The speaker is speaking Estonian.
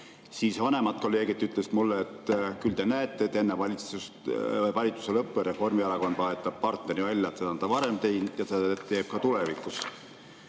siis vanemad kolleegid ütlesid mulle: küll te näete, et enne valitsuse lõppu Reformierakond vahetab partneri välja, seda on ta varem teinud ja teeb ka tulevikus.